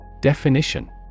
Definition